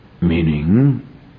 Meaning